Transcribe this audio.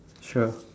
sure